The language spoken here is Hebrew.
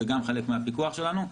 זה גם חלק מהפיקוח שלנו.